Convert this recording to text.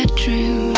ah to